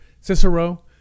Cicero